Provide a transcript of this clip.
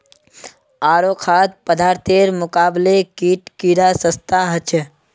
आरो खाद्य पदार्थेर मुकाबले कीट कीडा सस्ता ह छे